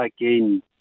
again